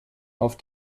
auf